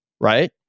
right